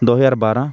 ਦੋ ਹਜ਼ਾਰ ਬਾਰ੍ਹਾਂ